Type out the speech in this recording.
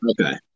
Okay